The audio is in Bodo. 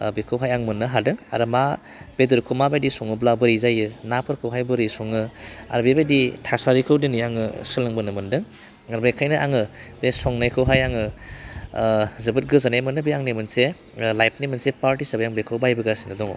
बिखौहाय आं मोन्नो हादों आरो मा बेदरखौ मा बायदि सङोब्ला बोरै जायो नाफोरखौहाय बोरै सङो आरो बे बायदि थासारिखौ दिनै आङो सोलोंबोनो मोनदों आरो बेखायनो आङो बे संनायखौहाय आङो ओह जोबोद गोजोनाय मोनो बे आंनि मोनसे लाइभनि मोनसे पार्ट हिसाबै बाहायबोगोसिनो दङ